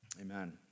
Amen